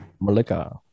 Malika